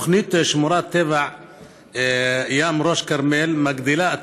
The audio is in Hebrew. תוכנית שמורת טבע ים ראש כרמל מגדילה את